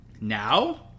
Now